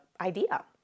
idea